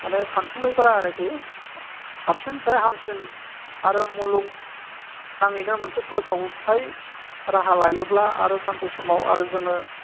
माने सानसुमैफोरा आरोखि साबसिननिफ्राय हामसिन आरो मुलुगनाङैनो मोनसे फोसावथाय राहा लायोब्ला आरो सानसे समाव आरो जोङो